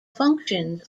functions